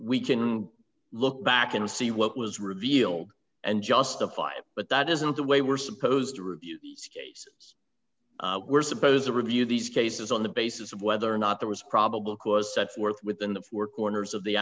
we can look back and see what was revealed and justify it but that isn't the way we're supposed to review these cases we're supposed to review these cases on the basis of whether or not there was probable cause set forth within the four corners of the